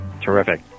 Terrific